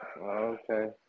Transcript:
Okay